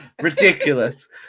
ridiculous